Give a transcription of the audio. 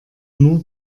nur